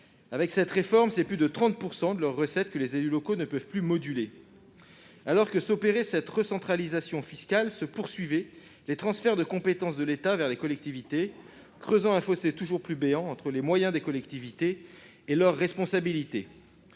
de cette réforme, ce sont plus de 30 % de leurs recettes que les élus locaux ne peuvent dorénavant plus moduler ! Alors que s'opérait cette recentralisation fiscale, les transferts de compétences de l'État vers les collectivités se poursuivaient, creusant un fossé toujours plus béant entre les moyens des collectivités et leurs responsabilités.